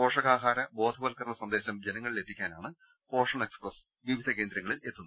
പോഷകാഹാര ബോധവൽക്കരണ സന്ദേശം ജനങ്ങളിലെത്തിക്കാനാണ് പോഷൺ എക്സ്പ്രസ്സ് വിവിധ കേന്ദ്രങ്ങളിലെത്തുന്നത്